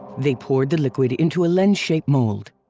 they poured the liquid into a lens-shaped mold.